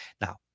Now